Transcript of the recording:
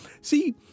see